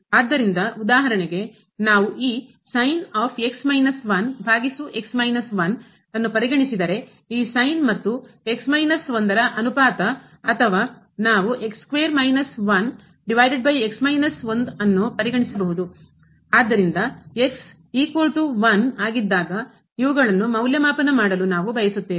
ಆದ್ದರಿಂದ ಉದಾಹರಣೆಗೆ ನಾವು ಈ ಪರಿಗಣಿಸಿದರೆ ಈ ಮತ್ತು ನ ಅನುಪಾತ ಅಥವಾ ನಾವು ಆದ್ದರಿಂದ ಆಗಿದ್ದಾಗ ಇವುಗಳನ್ನು ಮೌಲ್ಯಮಾಪನ ಮಾಡಲು ನಾವು ಬಯಸುತ್ತೇವೆ